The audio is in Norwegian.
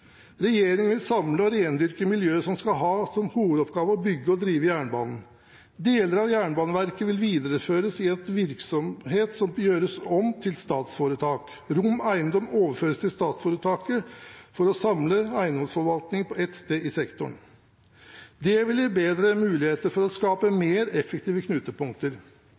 Regjeringen vil samle og rendyrke miljøet som skal ha som hovedoppgave å bygge og drive jernbanen. Deler av Jernbaneverket vil videreføres i en virksomhet som gjøres om til statsforetak. Rom Eiendom overføres til statsforetaket for å samle eiendomsforvaltningen på ett sted i sektoren. Det vil gi bedre muligheter for å skape mer effektive knutepunkter.